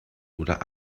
oder